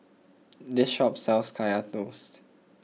this shop sells Kaya Toast